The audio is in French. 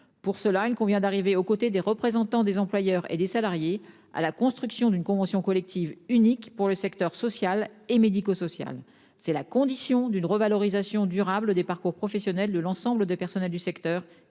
Pour cela, il convient d'arriver aux côtés des représentants des employeurs et des salariés à la construction d'une convention collective unique pour le secteur social et médico-social. C'est la condition d'une revalorisation durable des parcours professionnels de l'ensemble des personnels du secteur